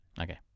Okay